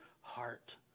heart